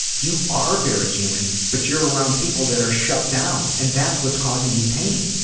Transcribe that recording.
you are very human but you're around people that are shut down and that's what's causing you pain.